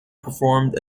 performed